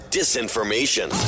disinformation